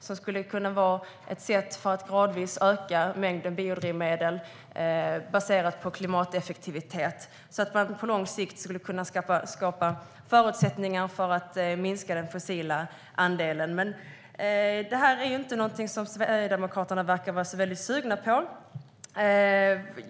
Det skulle kunna vara ett sätt att gradvis öka mängden biodrivmedel baserat på klimateffektivitet. Då skulle man på lång sikt kunna skapa förutsättningar för att minska den fossila andelen. Men detta är ju inte någonting som Sverigedemokraterna verkar vara så väldigt sugna på.